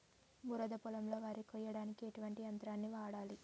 బురద పొలంలో వరి కొయ్యడానికి ఎటువంటి యంత్రాన్ని వాడాలి?